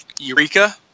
eureka